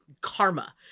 karma